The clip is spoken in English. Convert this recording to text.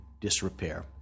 disrepair